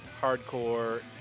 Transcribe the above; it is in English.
hardcore